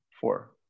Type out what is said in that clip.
Four